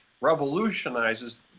revolutionizes